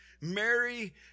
Mary